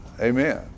Amen